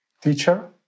Teacher